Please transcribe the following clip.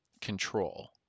control